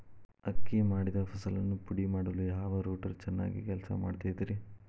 ಅಕ್ಕಿ ಮಾಡಿದ ಫಸಲನ್ನು ಪುಡಿಮಾಡಲು ಯಾವ ರೂಟರ್ ಚೆನ್ನಾಗಿ ಕೆಲಸ ಮಾಡತೈತ್ರಿ?